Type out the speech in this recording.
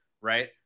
Right